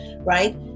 right